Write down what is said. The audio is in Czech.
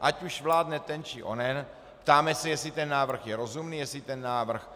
Ať už vládne ten, či onen, ptáme se, jestli ten návrh je rozumný, jestli ten návrh